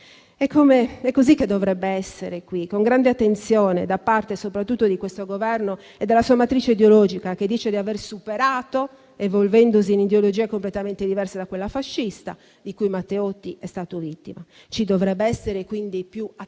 È così che dovrebbe essere qui, con grande attenzione da parte soprattutto di questo Governo, che dice di aver superato la sua matrice ideologica, evolvendosi in ideologia completamente diversa da quella fascista, di cui Matteotti è stato vittima. Ci dovrebbe essere, quindi, più attenzione,